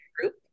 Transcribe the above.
group